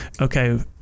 okay